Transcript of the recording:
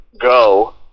go